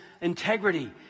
integrity